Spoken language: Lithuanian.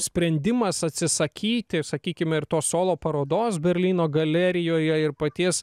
sprendimas atsisakyti sakykime ir tos solo parodos berlyno galerijoje ir paties